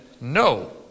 No